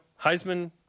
Heisman